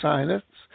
Silence